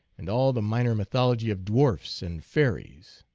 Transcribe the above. and all the minor mythology of dwarfs and fairies.